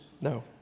no